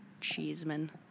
Cheeseman